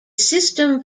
system